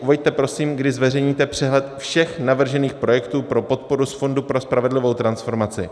Uveďte prosím, kdy zveřejníte přehled všech navržených projektů pro podporu z Fondu pro spravedlivou transformaci.